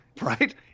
Right